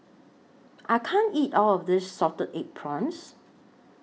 I can't eat All of This Salted Egg Prawns